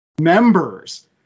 members